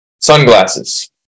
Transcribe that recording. sunglasses